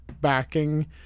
backing